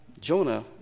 Jonah